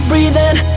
Breathing